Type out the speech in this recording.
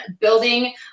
building